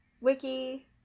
Wiki